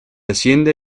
hacienda